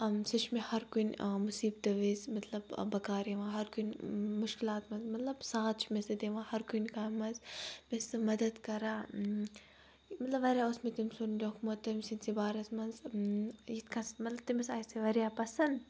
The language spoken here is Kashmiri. سُہ چھِ مےٚ ہر کُنہِ مُصیٖبتہٕ وِز مطلب بکار یِوان ہرکُنہِ مُشکلات منٛز مطلب ساتھ چھِ مےٚ سُہ دِوان ہر کُنہِ کامہِ منٛز مےٚ چھِ سُہ مَدَد کَران مطلب واریاہ اوس مےٚ تٔمۍ سُنٛد لیٚوکھمُت تٔمۍ سٕنٛدۍ سٕے بارَس منٛز یِتھ کٔنۍ سُہ مطلب تٔمِس آیہِ سُہ واریاہ پَسنٛد